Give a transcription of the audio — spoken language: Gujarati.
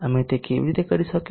અમે તે કેવી રીતે કરી શકું